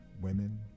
women